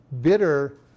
bitter